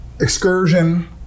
excursion